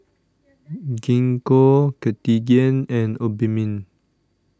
Gingko Cartigain and Obimin